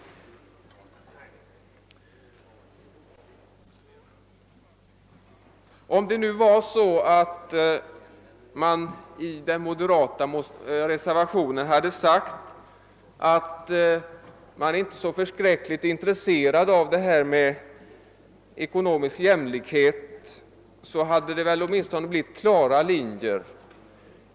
Om man i den moderata reservationen hade sagt, att man inte är så förskräckligt intresserad av ekonomisk jämlikhet, hade det åtminstone blivit klara linjer.